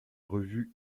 revue